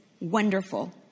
wonderful